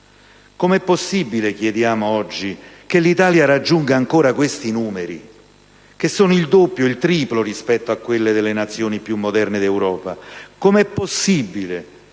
Come è possibile - chiediamo oggi - che l'Italia raggiunga ancora questi numeri, che sono il doppio e il triplo rispetto a quelli delle Nazioni più moderne d'Europa? Come è possibile